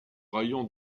raïon